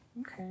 Okay